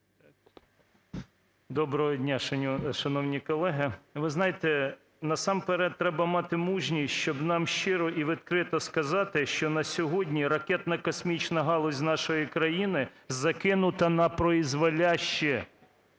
Доброго дня, шановні колеги! Ви знаєте, насамперед треба мати мужність, щоб нам щиро і відкрито сказати, що на сьогодні ракетно-космічна галузь нашої країни закинута на призволяще.